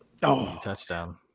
touchdown